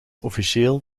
officieel